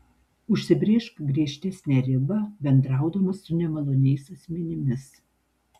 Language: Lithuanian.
užsibrėžk griežtesnę ribą bendraudama su nemaloniais asmenimis